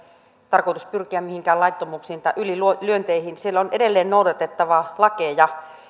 tarkoitus pyrkiä mihinkään laittomuuksiin tai ylilyönteihin siellä on edelleen noudatettava lakeja